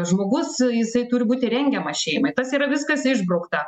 žmogus jisai turi būti rengiamas šeimai tas yra viskas išbraukta